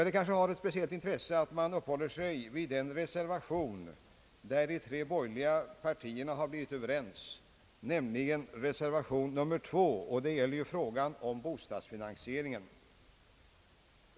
Det kanske har ett speciellt intresse att vi uppehåller oss vid den reservation, där de tre borgerliga partierna har blivit överens, nämligen reservation nr 2 som handlar om bostadsfinansieringen.